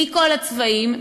מכל הצבעים,